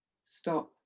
Stop